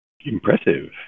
Impressive